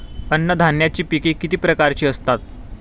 अन्नधान्याची पिके किती प्रकारची असतात?